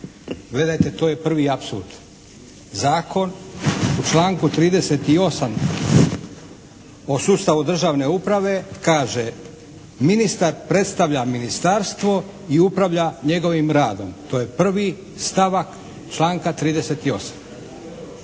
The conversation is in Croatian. Gledajte to je prvi apsurd. Zakon u članku 38. o sustavu državne uprave kaže, ministar predstavlja ministarstvo i upravlja njegovim radom. To je 1. stavak članka 38.